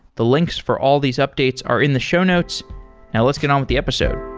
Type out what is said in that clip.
the links for all these updates are in the show notes, and let's get on with the episode.